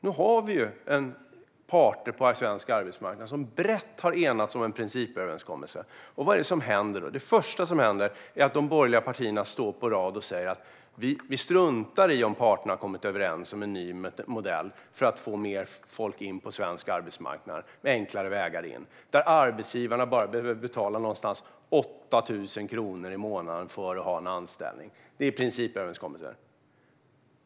Nu har vi ju parter på svensk arbetsmarknad som brett har enats om en principöverenskommelse, och vad händer då? Det första som händer är att de borgerliga partierna står på rad och säger att de struntar i om parterna kommit överens om en ny modell för att få in mer folk på svensk arbetsmarknad med enklare vägar in, där arbetsgivarna bara behöver betala runt 8 000 kronor i månaden för att ha en anställd; det är principöverenskommelsen.